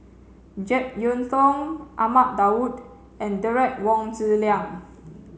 Jek Yeun Thong Ahmad Daud and Derek Wong Zi Liang